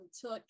took